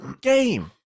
game